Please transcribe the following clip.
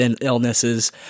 illnesses